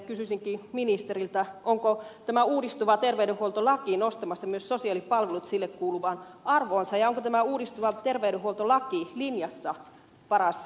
kysyisinkin ministeriltä onko tämä uudistuva terveydenhuoltolaki nostamassa myös sosiaalipalvelut niille kuuluvaan arvoonsa ja onko tämä uudistuva terveydenhuoltolaki linjassa paras hankkeen kanssa